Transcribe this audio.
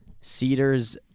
cedars